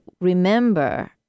remember